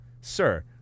Sir